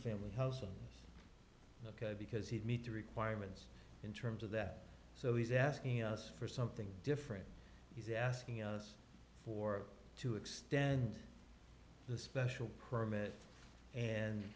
family house because he'd meet the requirements in terms of that so he's asking us for something different he's asking us for to extend the special permit and